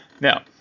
now